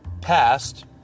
passed